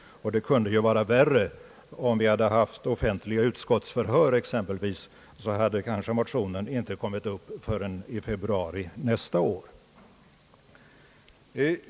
Det kunde ju vara värre. Om vi exempelvis haft offentliga utskottsförhör, så hade motionerna kanske inte kommit upp förrän i februari nästa år.